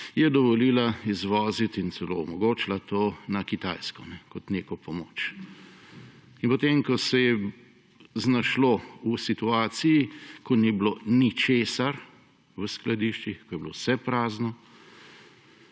je dovolila izvoziti, in celo omogočila to, na Kitajsko kot neko pomoč. In potem ko se je znašlo v situaciji, ko ni bilo ničesar v skladiščih, ko je bilo vse prazno,